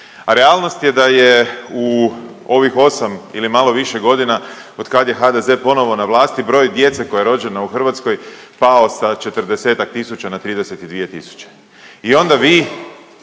a realnost je da je u ovih osam ili malo više godina od kad je HDZ ponovo na vlasti broj djece koja je rođena u Hrvatskoj pao sa 40-ak tisuća na 32 tisuće i onda vi